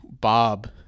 bob